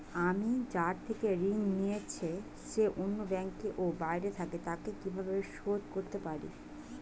আমি যার থেকে ঋণ নিয়েছে সে অন্য ব্যাংকে ও বাইরে থাকে, তাকে কীভাবে শোধ করতে পারি?